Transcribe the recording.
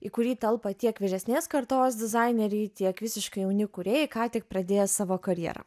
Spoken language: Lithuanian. į kurį telpa tiek vyresnės kartos dizaineriai tiek visiškai jauni kūrėjai ką tik pradėję savo karjerą